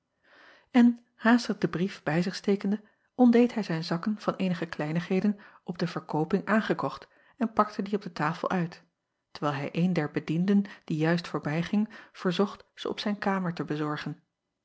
n haastig den brief bij zich stekende ontdeed hij zijn zakken van eenige kleinigheden op de verkooping aange acob van ennep laasje evenster delen kocht en pakte die op de tafel uit terwijl hij een der bedienden die juist voorbijging verzocht ze op zijn kamer te bezorgen